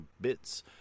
bits